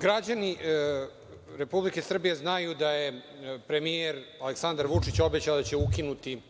Građani Republike Srbije znaju da je premijer Aleksandar Vučić obećao da će ukinuti